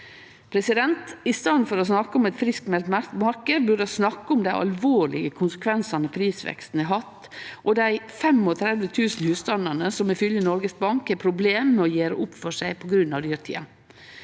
sjølve. I staden for å snakke om ein friskmeld marknad burde vi snakke om dei alvorlege konsekvensane prisveksten har hatt, og dei 35 000 husstandane som ifølgje Noregs Bank har problem med å gjere opp for seg grunna dyrtida.